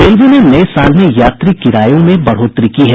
railway ने नये साल में यात्री किरायों में बढ़ोतरी की है